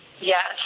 Yes